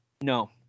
No